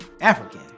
African